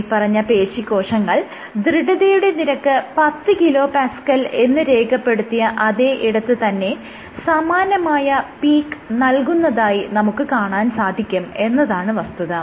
മേല്പറഞ്ഞ പേശീകോശങ്ങൾ ദൃഢതയുടെ നിരക്ക് 10 kPa എന്ന് രേഖപ്പെടുത്തിയ അതെ ഇടത്ത് തന്നെ സമാനമായ പീക്ക് നൽകുന്നതായി നമുക്ക് കാണാൻ സാധിക്കും എന്നതാണ് വസ്തുത